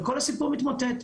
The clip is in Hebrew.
וכל הסיפור מתמוטט.